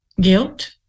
guilt